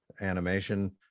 animation